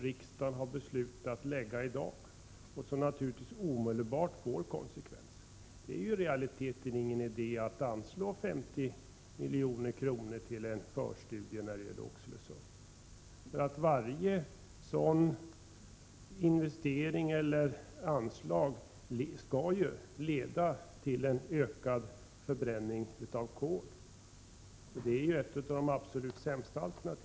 Riksdagen har i dag fattat beslut om ett tak för koldioxiden. Naturligtvis får detta omedelbara konsekvenser. I realiteten är det ingen idé att anslå 50 milj.kr. till en förstudie av förhållandena i Oxelösund. Varje investering eller anslag i det avseendet leder ju till en ökad förbränning av kol, och det är ett av de absolut sämsta alternativen.